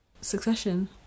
Succession